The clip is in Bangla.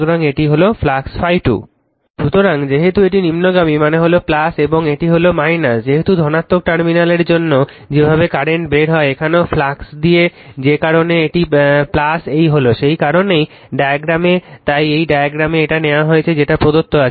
সুতরাং এটি হল ফ্লাক্স ∅2 সুতরাং যেহেতু এটি নিম্নগামী মানে হল এবং এটি হল যেহেতু ধনাত্মক টার্মিনালের জন্য যেভাবে কারেন্ট বের হয় এখানেও ফ্লাক্স দিক যে কারণে এটি এই হল সেই কারণেই ডায়াগ্রামে তাই এই ডায়াগ্রামে এটা নেওয়া হয়েছে যেটা প্রদত্ত আছে